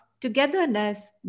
togetherness